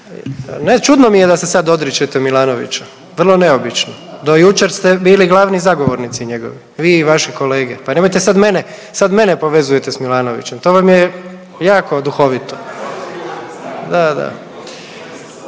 čudno mi je da se sad odričete Milanovića, vrlo neobično. Do jučer ste bili glavni zagovornici njegovi vi i vaši kolege. Pa nemojte sad mene, sad mene povezujete s Milanovićem, to vam je jako duhovito. Da, da.